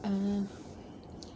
uh